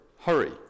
Hurry